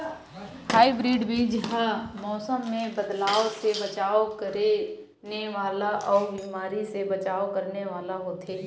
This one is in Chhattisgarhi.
हाइब्रिड बीज हा मौसम मे बदलाव से बचाव करने वाला अउ बीमारी से बचाव करने वाला होथे